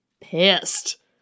pissed